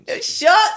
Shut